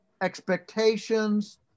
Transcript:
expectations